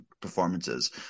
performances